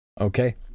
Okay